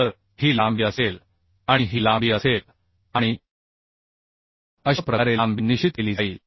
तर ही लांबी असेल आणि ही लांबी असेल आणि अशा प्रकारे लांबी निश्चित केली जाईल